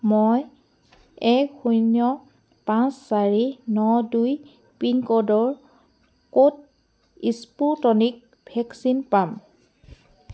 মই এক শূন্য পাঁচ চাৰি ন দুই পিনক'ডৰ ক'ত স্পুটনিক ভেকচিন পাম